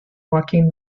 joaquin